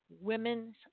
women's